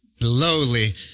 lowly